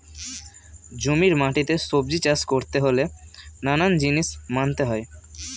জমির মাটিতে সবজি চাষ করতে হলে নানান জিনিস মানতে হয়